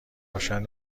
روشن